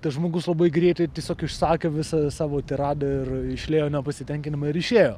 tas žmogus labai greitai tiesiog išsakė visą savo tiradą ir išliejo nepasitenkinimą ir išėjo